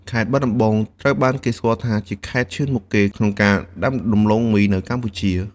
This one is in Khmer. ខេត្តបាត់ដំបង ត្រូវបានគេស្គាល់ថាជាខេត្តឈានមុខគេក្នុងការដាំដុះដំឡូងមីនៅកម្ពុជា។